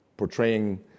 portraying